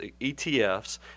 ETFs